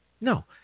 No